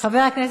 אינו נוכח,